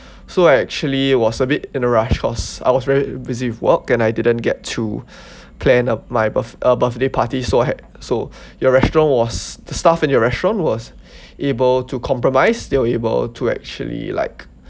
so I actually was a bit in a rush cause I was very busy with work and I didn't get to plan uh my birth~ uh birthday party so I had so your restaurant was the staff in your restaurant was able to compromise still able to actually like